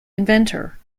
inventor